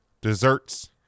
Desserts